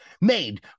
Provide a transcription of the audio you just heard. Made